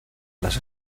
las